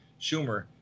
Schumer